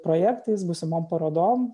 projektais būsimom parodom